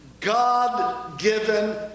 God-given